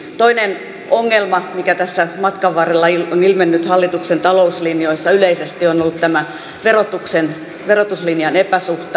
toinen ongelma mikä tässä matkan varrella on ilmennyt hallituksen talouslinjoissa yleisesti on ollut tämä verotuslinjan epäsuhta